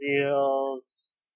deals